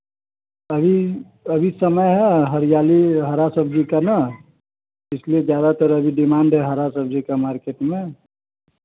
अभी अभी समय है हरियाली हरा सब्ज़ी का ना इसलिए ज़्यादातर अभी डिमांड है हरा सब्ज़ी का मार्केट में